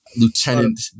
lieutenant